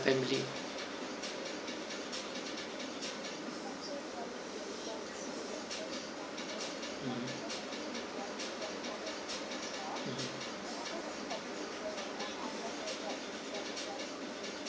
family mm mmhmm